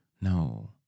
No